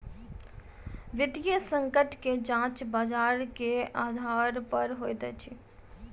वित्तीय संकट के जांच बजार के आधार पर होइत अछि